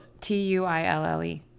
T-U-I-L-L-E